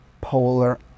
polar